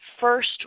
first